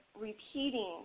repeating